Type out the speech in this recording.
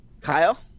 Kyle